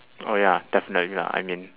oh ya definitely lah I mean